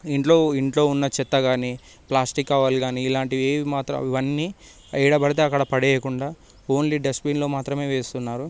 ఇంట్లో ఇంట్లో ఉన్న చెత్త కాని ప్లాస్టిక్ కవర్లు కాని ఇలాంటివి ఏవి ఇవన్నీ ఎక్కడపడితే అక్కడ పడేయకుండా ఓన్లీ డస్ట్బిన్లో మాత్రమే వేస్తున్నారు